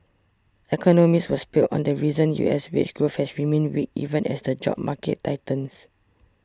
economists were split on the reasons U S wage growth has remained weak even as the job market tightens